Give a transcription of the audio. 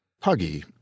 Puggy